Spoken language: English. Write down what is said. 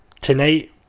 tonight